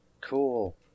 cool